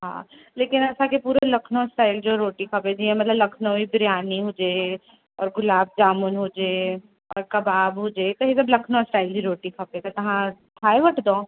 हा लेकिन असांखे पूरे लखनऊ स्टाइल जो रोटी खपे जीअं मतिलबु लखनऊई बिरयानी हुजे औरि गुलाब जामुन हुजे औरि कबाब हुजे त इहे सभु लखनऊ स्टाइल जी रोटी खपे त तव्हां ठाहे वठंदौ